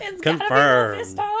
confirmed